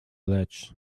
ledge